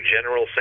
General